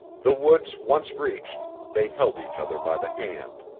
the woods once reached, they held each other by the hand.